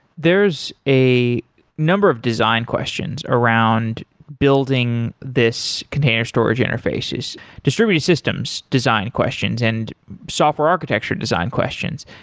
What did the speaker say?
there's a number of design questions around building this container storage interface's distributed systems design questions and software architecture design questions.